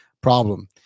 problem